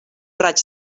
raig